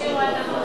כשהפשירו אדמות,